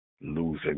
losing